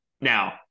now